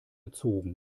bezogen